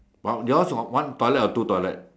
but yours got one toilet or two toilet